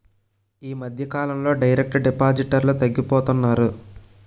ఈ మధ్యకాలంలో డైరెక్ట్ డిపాజిటర్లు తగ్గిపోతున్నారు